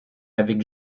avec